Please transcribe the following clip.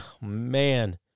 man